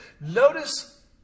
Notice